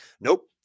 Nope